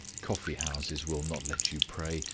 coffee-houses will not let you pray,